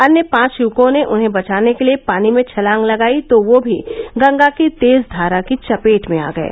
अन्य पांच युवकों ने उन्हें बचाने के लिये पानी में छलांग लगायी तो वह भी गंगा की तेज धारा की चपेट में आ गये